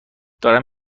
دارم